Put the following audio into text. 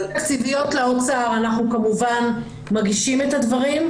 אבל ------ לאוצר אנחנו כמובן מגישים את הדברים,